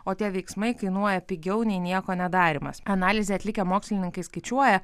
o tie veiksmai kainuoja pigiau nei nieko nedarymas analizę atlikę mokslininkai skaičiuoja